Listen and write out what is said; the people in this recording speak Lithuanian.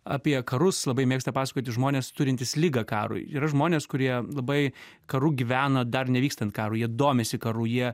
apie karus labai mėgsta pasakoti žmonės turintys ligą karui yra žmonės kurie labai karu gyvena dar nevykstant karui jie domisi karu jie